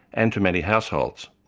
and to many households.